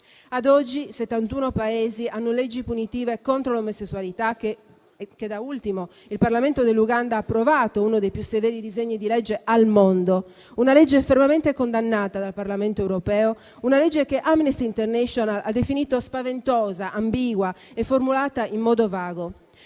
Ad oggi 71 Paesi hanno leggi punitive contro l'omosessualità. Da ultimo, il parlamento dell'Uganda ha approvato uno dei più severi disegni di legge al mondo, una legge fermamente condannata dal Parlamento europeo, una legge che Amnesty International ha definito spaventosa, ambigua e formulata in modo vago.